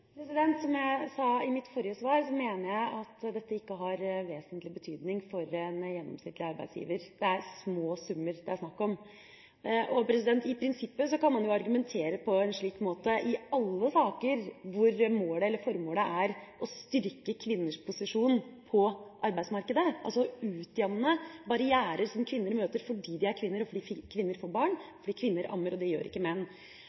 Som jeg sa i mitt forrige svar, mener jeg at dette ikke har vesentlig betydning for den gjennomsnittlige arbeidsgiver. Det er små summer det er snakk om. I prinsippet kan man jo argumentere på en slik måte i alle saker hvor målet eller formålet er å styrke kvinners posisjon på arbeidsmarkedet, altså å utjamne barrierer som kvinner møter fordi de er kvinner og fordi kvinner får barn og ammer, og det gjør ikke menn.